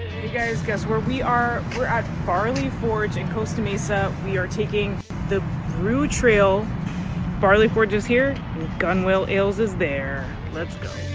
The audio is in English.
guys guess where we are we're at barley forge in costa mesa we are taking the brew trail barley forges here gunwale ales is there future